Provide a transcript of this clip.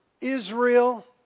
Israel